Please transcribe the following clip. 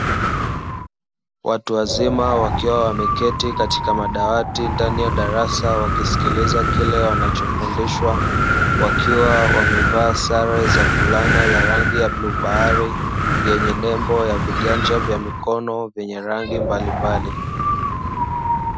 Watu wazima wakiwa wameketi katika madawati ndani ya darasa wakisikiliza kile wanachofundishwa, wakiwa wamevaa sare za flana za rangi ya bluu bahari yenye nembo ya viganja vya mikono vyenye rangi mbalimbali.